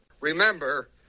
Remember